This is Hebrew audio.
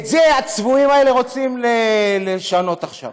את זה הצבועים האלה רוצים לשנות עכשיו.